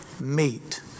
meet